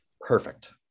Perfect